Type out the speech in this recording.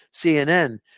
CNN